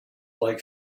like